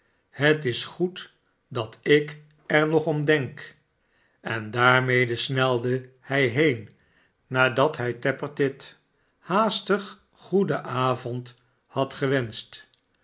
het is goed dat ik er nog om denk en daarmede snelde hij heen nadat hij tappertit haastig goeden avond had gewenscht